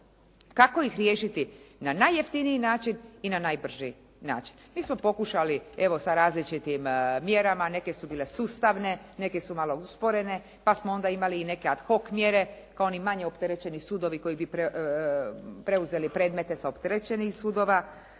kako ih riješiti na najjeftiniji način i na najbrži način. Mi smo pokušali evo sa različitim mjerama. Neke su bile sustavne, neke su malo usporene pa smo onda imali i neke ad hoc mjere kao oni manje opterećeni sudovi koji bi preuzeli predmete sa opterećenih sudova,